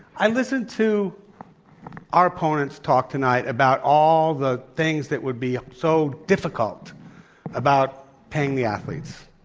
i listened to our opponents talk tonight about all the things that would be so difficult about paying the athletes.